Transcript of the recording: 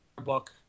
book